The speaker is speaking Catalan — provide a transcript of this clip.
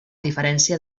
diferència